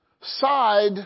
side